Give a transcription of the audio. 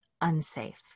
unsafe